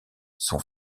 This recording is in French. sont